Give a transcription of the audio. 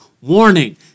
warning